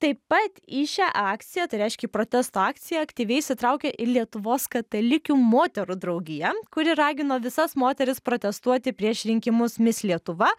taip pat į šią akciją tai reiškia į protesto akciją aktyviai įsitraukė ir lietuvos katalikių moterų draugija kuri ragino visas moteris protestuoti prieš rinkimus mis lietuva